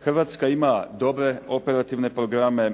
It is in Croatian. Hrvatska ima dobre operativne programe